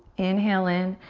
inhale in.